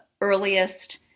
earliest